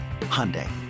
Hyundai